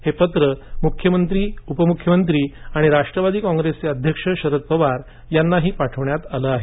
हे पत्र मुख्यमंत्री उपमुख्यमंत्री आणि राष्ट्रवादी कॉंग्रेसचे अध्यक्ष शरद पवार यांनाही पाठवण्यात आलं आहे